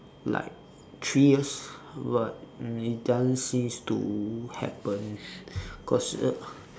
like three years but it doesn't seems to happen cause uh